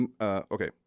Okay